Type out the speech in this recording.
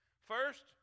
First